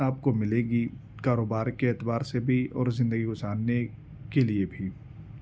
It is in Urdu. آپ کو ملے گی کاروبار کے اعتبار سے بھی اور زندگی گزارنے کے لیے بھی